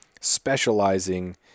specializing